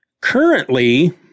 currently